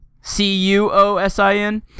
C-U-O-S-I-N